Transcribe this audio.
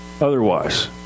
otherwise